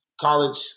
college